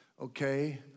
okay